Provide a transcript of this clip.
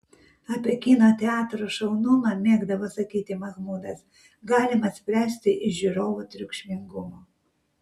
apie kino teatro šaunumą mėgdavo sakyti mahmudas galima spręsti iš žiūrovų triukšmingumo